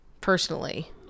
personally